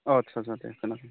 आस्सा आस्सा दे